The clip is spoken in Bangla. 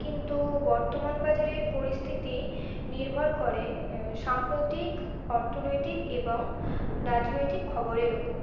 কিন্তু বর্তমান বাজারের পরিস্থিতি নির্ভর করে সাম্প্রতিক অর্থনৈতিক এবং রাজনৈতিক খবরের উপর